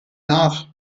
nach